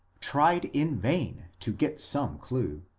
tried in vain to get some clue,